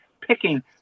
picking